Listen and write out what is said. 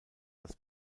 das